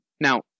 now